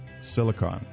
Silicon